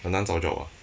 很难找 job ah